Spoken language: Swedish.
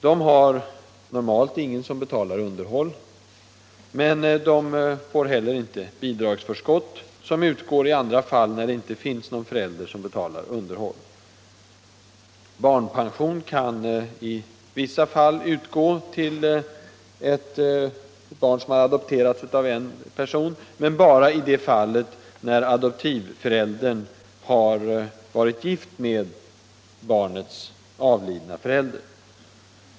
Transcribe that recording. De har normalt ingen som betalar underhåll. Men de får inte heller bidragsförskott, som utgår i andra fall när det inte finns någon förälder som betalar underhåll. Barnpension kan utgå till ett barn som har adopterats av en person, men bara i de fall där adoptivföräldern har varit gift med barnets avlidna förälder.